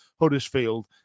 Huddersfield